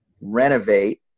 renovate